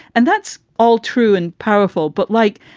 and that's all true and powerful. but like,